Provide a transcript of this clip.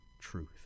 truth